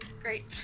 Great